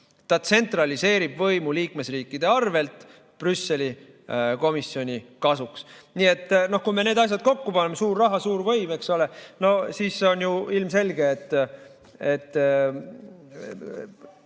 Ta tsentraliseerib võimu liikmesriikide arvel Brüsseli komisjoni kasuks. Nii et kui me need asjad kokku paneme – suur raha, suur võim, eks ole –, no siis on ju ilmselge, et